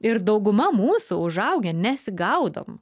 ir dauguma mūsų užaugę nesigaudom